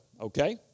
okay